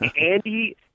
Andy